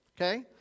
Okay